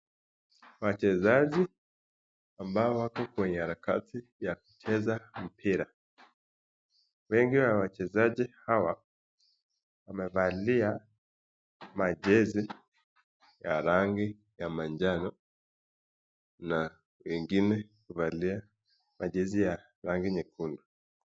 Wachezaji ambao wako kwenye harakati ya kucheza mpira. Wengi wa wachezaji hawa, wamevalia majezi ya rangi ya manjano na wengine wamevalia majezi ya rangi nyekundu.